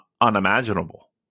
unimaginable